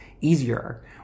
easier